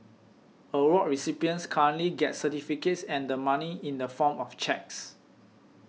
award recipients currently get certificates and the money in the form of cheques